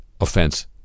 offense